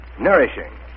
Nourishing